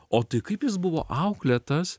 o tai kaip jis buvo auklėtas